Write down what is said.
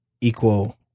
equal